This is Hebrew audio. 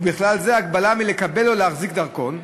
ובכלל זה הגבלה מלקבל או להחזיק דרכון,